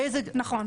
נכון.